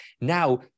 now